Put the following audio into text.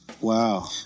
Wow